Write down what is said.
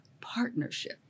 partnership